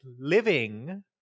living